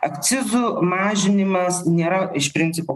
akcizų mažinimas nėra iš principo